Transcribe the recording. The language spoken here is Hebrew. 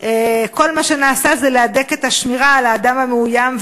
כל מה שנעשה זה להדק את השמירה על האדם המאוים,